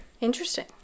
Interesting